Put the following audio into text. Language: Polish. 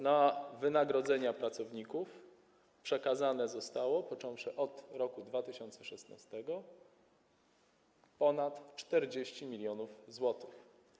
Na wynagrodzenia pracowników przekazane zostało, począwszy od roku 2016, ponad 40 mln zł.